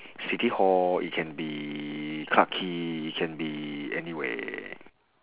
city hall it can be clarke quay it can be anywhere